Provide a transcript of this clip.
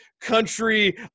country